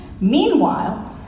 Meanwhile